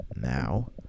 now